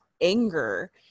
anger